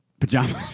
pajamas